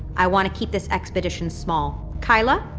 i want to keep this expedition small. keila,